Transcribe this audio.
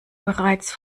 bereits